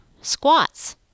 squats